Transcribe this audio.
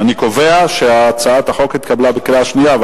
אני קובע שהצעת החוק התקבלה בקריאה שנייה.